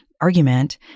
argument